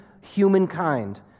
humankind